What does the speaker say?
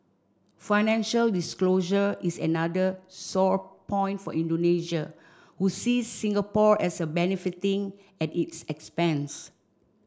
financial disclosure is another sore point for Indonesia who see Singapore as a benefiting at its expense